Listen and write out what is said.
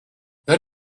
then